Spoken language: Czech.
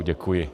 Děkuji.